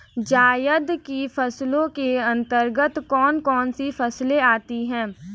जायद की फसलों के अंतर्गत कौन कौन सी फसलें आती हैं?